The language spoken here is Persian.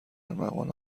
ارمغان